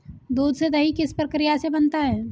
दूध से दही किस प्रक्रिया से बनता है?